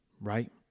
right